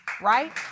Right